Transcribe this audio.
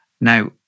Now